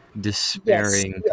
despairing